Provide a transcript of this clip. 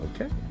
Okay